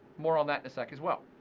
more on that in a sec as well.